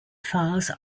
files